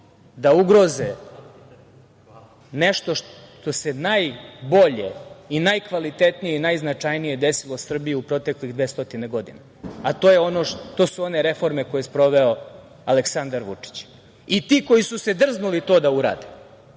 da ugroze nešto što se najbolje i najkvalitetnije i najznačajnije desilo Srbiji u proteklih 200 godina, a to su one reforme koje je sproveo Aleksandar Vučić. Ti koji su se drznuli to da urade,